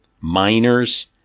Miners